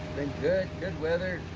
good. good weather,